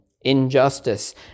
injustice